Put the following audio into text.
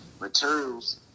materials